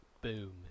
Boom